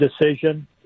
decision